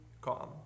calm